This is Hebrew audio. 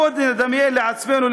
בואו נדמיין לעצמנו,